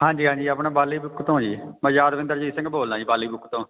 ਹਾਂਜੀ ਹਾਂਜੀ ਆਪਣਾ ਬਾਲੀ ਬੁੱਕ ਤੋਂ ਜੀ ਮੈਂ ਯਾਦਵਿੰਦਰਜੀਤ ਸਿੰਘ ਬੋਲਦਾ ਜੀ ਬਾਲੀ ਬੁੱਕ ਤੋਂ